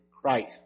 Christ